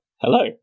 Hello